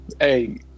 Hey